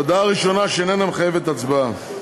הודעה ראשונה שאיננה מחייבת הצבעה,